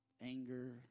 anger